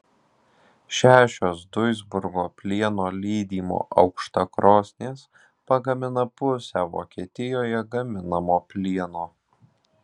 šešios duisburgo plieno lydimo aukštakrosnės pagamina pusę vokietijoje gaminamo plieno